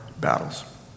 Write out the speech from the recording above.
battles